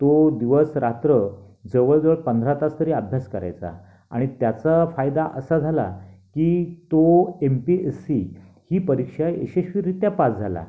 तो दिवसरात्र जवळजवळ पंधरा तास तरी अभ्यास करायचा आणि त्याचा फायदा असा झाला की तो एम पी एस सी ही परीक्षा यशस्वीरित्या पास झाला